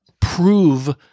prove